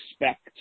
expect